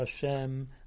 Hashem